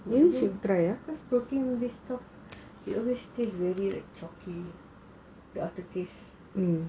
cause protein this stuff it always very like choppy the after taste